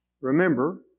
remember